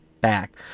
back